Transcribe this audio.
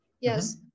Yes